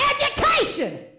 Education